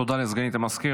תודה לסגנית המזכיר.